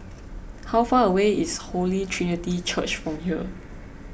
how far away is Holy Trinity Church from here